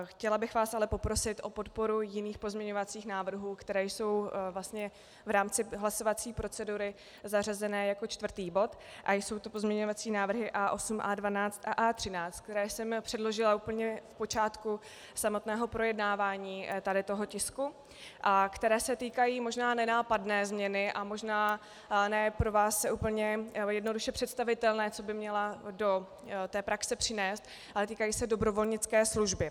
Chtěla bych vás ale poprosit o podporu jiných pozměňovacích návrhů, které jsou vlastně v rámci hlasovací procedury zařazené jako čtvrtý bod a jsou to pozměňovací návrhy A8, A12 a A13, které jsem předložila na úplném počátku samotného projednávání tohoto tisku a které se týkají možná nenápadné změny a možná pro vás ne úplně jednoduše představitelné, co by měla do praxe přinést, ale týkají se dobrovolnické služby.